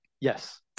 Yes